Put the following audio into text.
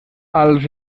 als